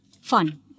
Fun